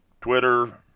twitter